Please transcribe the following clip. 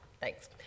Thanks